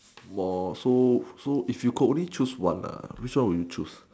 more so so if you could only choose one nah which one will you choose